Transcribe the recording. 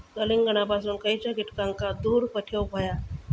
कलिंगडापासून खयच्या कीटकांका दूर ठेवूक व्हया?